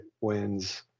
wins